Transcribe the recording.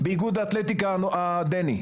באיגוד האתלטיקה הדני.